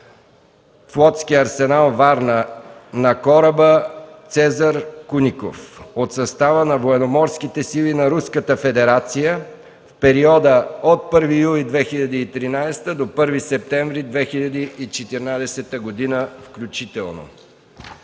флотски арсенал, Варна на кораба „Цезар Куников” от състава на Военноморските сили на Руската федерация за периода 1 юни 2013 г. до 1 септември 2014 г. включително.